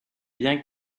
bien